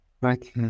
right